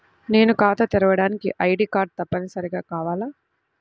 నేను ఖాతా తెరవడానికి ఐ.డీ కార్డు తప్పనిసారిగా కావాలా?